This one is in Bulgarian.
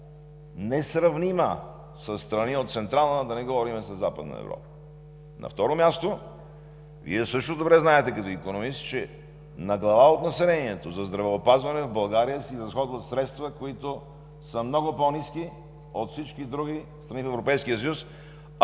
несравнима със страни от Централна, а да не говорим за Западна Европа. На второ място, Вие също добре знаете като икономист, че на глава от населението за здравеопазване в България се изразходват средства, които са много по-ниски от всички други страни в Европейския съюз,